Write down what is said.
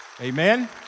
Amen